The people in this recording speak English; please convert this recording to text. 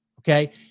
okay